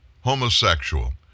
homosexual